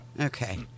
Okay